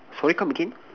sorry come again